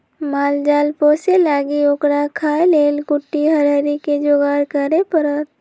माल जाल पोशे लागी ओकरा खाय् लेल कुट्टी हरियरी कें जोगार करे परत